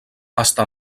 està